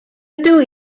rydw